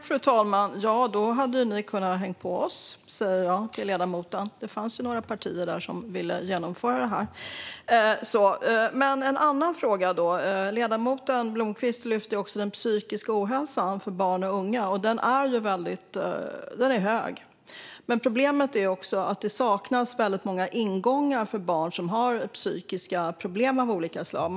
Fru talman! Då hade ni kunnat hänga på oss, säger jag till ledamoten. Det fanns ju några partier som ville genomföra det här. En annan fråga då. Ledamoten Blomkvist lyfter också fram den psykiska ohälsan hos barn och unga. Den är hög, men problemet är också att det saknas väldigt många ingångar för barn som har psykiska problem av olika slag.